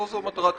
לא זו מטרת החוק.